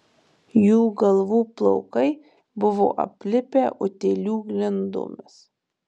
jų galvų plaukai buvo aplipę utėlių glindomis